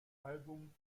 album